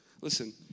Listen